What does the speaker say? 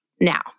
now